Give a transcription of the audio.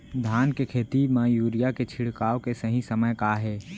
धान के खेती मा यूरिया के छिड़काओ के सही समय का हे?